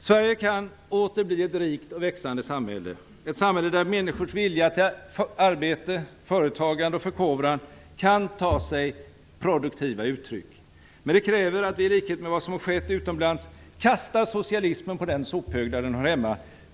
Sverige kan åter bli ett rikt och växande samhälle, ett samhälle där människors vilja till arbete, företagande och förkovran kan ta sig produktiva uttryck. Men det kräver att vi i likhet med vad som skett utomlands kastar socialismen på den sophög där den hör hemma.